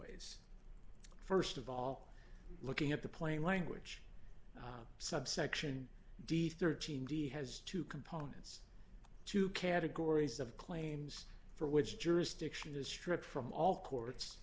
ways st of all looking at the plain language subsection d thirteen d has two components two categories of claims for which jurisdiction is stripped from all courts